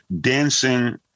dancing